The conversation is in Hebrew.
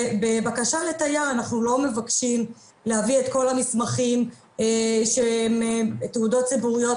בבקשה לתייר אנחנו לא מבקשים להביא את כל המסמכים שהם תעודות ציבוריות,